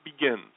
begins